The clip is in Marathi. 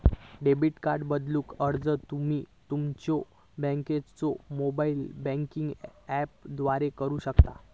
डेबिट कार्ड बदलूक अर्ज तुम्ही तुमच्यो बँकेच्यो मोबाइल बँकिंग ऍपद्वारा करू शकता